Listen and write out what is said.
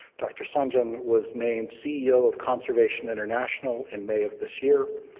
dr. sanjayan was named ceo of conservation international in may of this year.